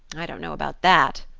i don't know about that,